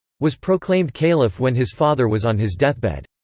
was proclaimed caliph when his father was on his deathbed.